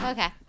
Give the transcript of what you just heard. Okay